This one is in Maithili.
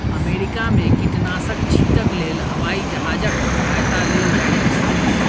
अमेरिका में कीटनाशक छीटक लेल हवाई जहाजक सहायता लेल जाइत अछि